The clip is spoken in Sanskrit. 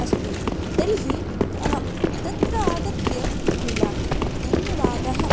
अस्तु तर्हि अहं तत्र आगत्य मिलामि धन्यवादः